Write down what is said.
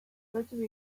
rydw